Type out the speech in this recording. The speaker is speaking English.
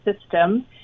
system